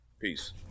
Peace